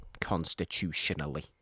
constitutionally